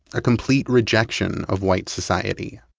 a complete rejection of white society.